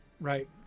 right